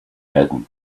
hidden